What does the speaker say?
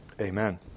Amen